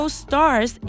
stars